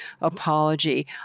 apology